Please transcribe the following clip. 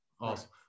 Awesome